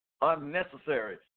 unnecessary